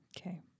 Okay